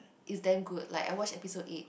is damn good like I watch episode eight